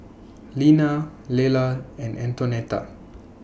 Lina Lela and Antonetta